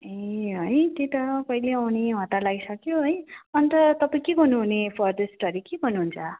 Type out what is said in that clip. ए है त्यही त कहिले आउने हतार लागिसक्यो है अन्त तपाईँ के गर्नुहुने फर्दर स्टडी के गर्नुहुन्छ